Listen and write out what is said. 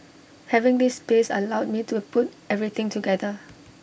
having this space allowed me to put everything together